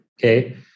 Okay